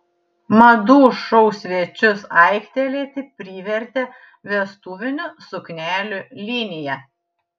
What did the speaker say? madų šou svečius aiktelėti privertė vestuvinių suknelių linija